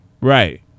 Right